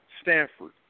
Stanford